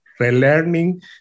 relearning